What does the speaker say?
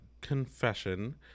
Confession